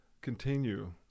continue